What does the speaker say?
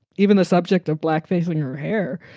even the subject of blackface with her hair.